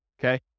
Okay